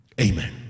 Amen